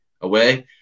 away